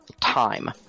time